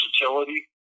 versatility